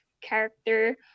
character